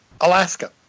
Alaska